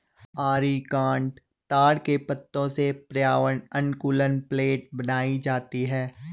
areca nut ताड़ के पत्तों से पर्यावरण अनुकूल प्लेट बनाई जाती है